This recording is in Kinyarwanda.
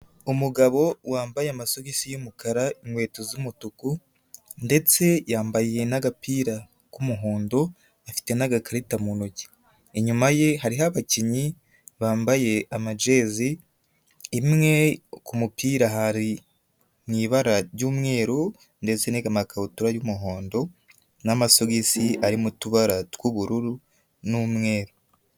Umugabo wambaye amasogisi y'umukara inkweto z'umutuku ndetse yambaye n'agapira k'umuhondo afite n'agakarita mu ntoki. Inyuma ye hariho abakinnyi bambaye amajezi imwe k'umupira hari mu ibara ry'umweru ndetse n'amakabutura y'umuhondo n'amasogisi ari mu tubara tw'ubururu n'umweru.